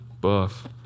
buff